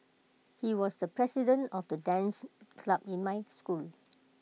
he was the president of the dance club in my school